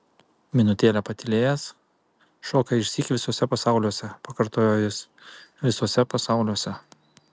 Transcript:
minutėlę patylėjęs šoka išsyk visuose pasauliuose pakartojo jis visuose pasauliuose